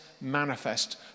manifest